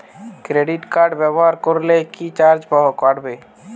Credit card ব্যাবহার করলে কি চার্জ কাটবে?